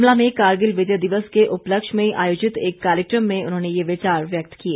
शिमला में कारगिल विजय दिवस के उपलक्ष्य में आयोजित एक कार्यक्रम में उन्होंने ये विचार व्यक्त किए